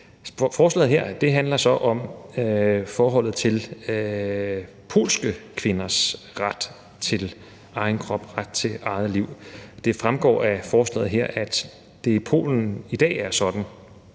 Forslaget her handler så om forholdet til polske kvinders ret til egen krop, ret til eget liv. Det fremgår af forslaget her, at det i Polen i dag er sådan,